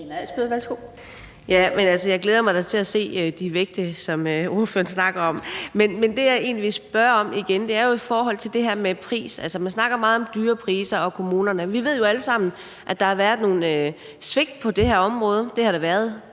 Jeg glæder mig da til at se de vægte, som ordføreren snakker om. Men det, jeg egentlig vil spørge om igen, er i forhold til det her med pris. Man snakker meget om dyre priser og kommunerne. Vi ved jo alle sammen, at der har været nogle svigt på det her område. Det har der været